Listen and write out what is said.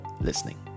listening